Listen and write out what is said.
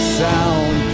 sound